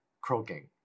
croaking